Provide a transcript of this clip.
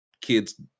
kids